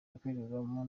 yakorerwagamo